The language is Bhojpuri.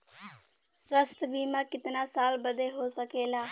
स्वास्थ्य बीमा कितना साल बदे हो सकेला?